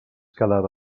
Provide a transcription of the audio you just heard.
quedava